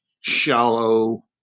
shallow